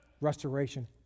restoration